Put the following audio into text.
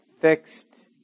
fixed